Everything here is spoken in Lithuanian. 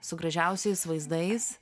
su gražiausiais vaizdais